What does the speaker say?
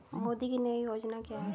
मोदी की नई योजना क्या है?